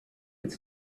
it’s